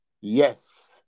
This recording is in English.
Yes